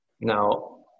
Now